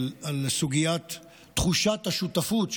על סוגיית תחושת השותפות,